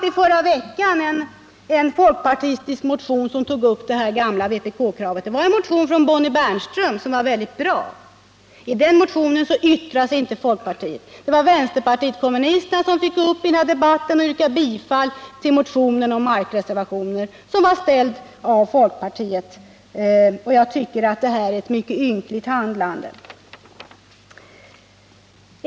Och förra veckan behandlades en folkpartistisk motion av Bonnie Bernström, som tog upp det gamla vpk-kravet, och den var väldigt bra. I debatten yttrade sig inte folkpartiet. Det var vänsterpartiet kommunisterna som fick gå upp och yrka bifall till motionen om markreservation. Jag tycker att det är väldigt ynkligt handlat av folkpartiet.